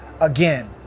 again